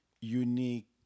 unique